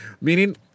Meaning